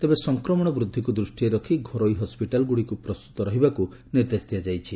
ତେବେ ସଂକ୍ରମଶ ବୂଦ୍ଧିକୁ ଦୃଷ୍ଟିରେ ରଖି ଘରୋଇ ହସ୍ପିଟାଲଗୁଡ଼ିକୁ ପ୍ରସ୍ତୁତ ରହିବାକୁ ନିର୍ଦ୍ଦେଶ ଦିଆଯାଇଛି